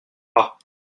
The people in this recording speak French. pas